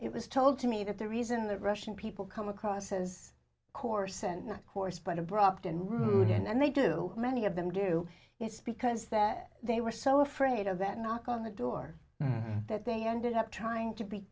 it was told to me that the reason that russian people come across as courson course but abrupt and rude and they do many of them do it's because that they were so afraid of that knock on the door that they ended up trying to be